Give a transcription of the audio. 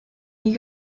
nie